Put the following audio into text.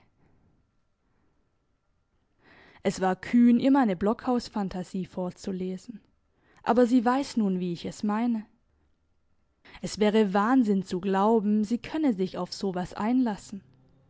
es war kühn ihr meine blockhausphantasie vorzulesen aber sie weiss nun wie ich es meine es wäre wahnsinn zu glauben sie könne sich auf so was einlassen